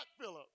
Philip